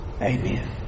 amen